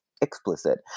explicit